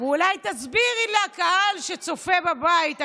ואולי תסבירי לקהל שצופה בבית,